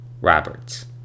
Roberts